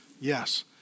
Yes